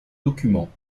documents